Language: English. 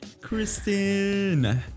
Kristen